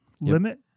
limit